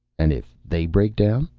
and if they break down?